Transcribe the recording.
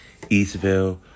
Eastville